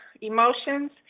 emotions